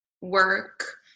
work